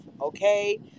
Okay